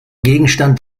gegenstand